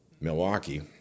Milwaukee